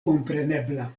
komprenebla